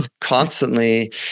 constantly